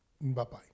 Bye-bye